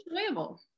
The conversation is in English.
enjoyable